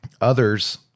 others